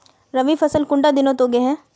रवि फसल कुंडा दिनोत उगैहे?